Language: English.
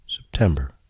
September